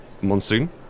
Monsoon